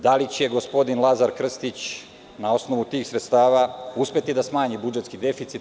Da li će gospodin Lazar Krstić na osnovu tih sredstava uspeti da smanji budžetski deficit?